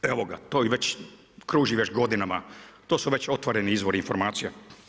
Evo ga, to već kruži godinama, to su već otvoreni izvori informacija.